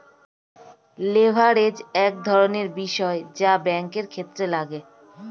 leverage এক ধরনের বিষয় যা ব্যাঙ্কের ক্ষেত্রে লাগে